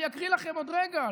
אני אקריא לכם עוד רגע.